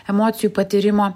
emocijų patyrimo